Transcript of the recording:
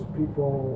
people